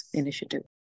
initiative